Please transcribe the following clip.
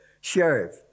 sheriff